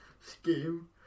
scheme